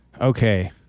Okay